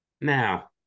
Now